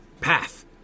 path